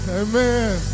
amen